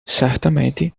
certamente